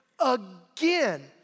again